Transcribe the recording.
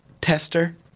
tester